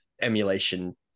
emulation